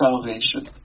salvation